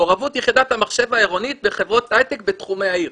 מעורבות יחידת המחשב העירונית בחברות הייטק בתחומי העיר,